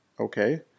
Okay